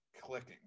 clicking